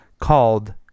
called